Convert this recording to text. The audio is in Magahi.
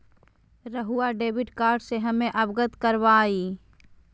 रहुआ डेबिट कार्ड से हमें अवगत करवाआई?